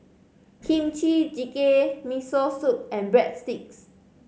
Kimchi Jjigae Miso Soup and Breadsticks